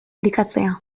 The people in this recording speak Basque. elikatzea